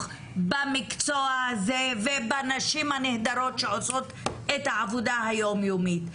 במקצוע הזה ובנשים הנהדרות שעושות את העבודה היום-יומית.